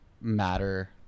matter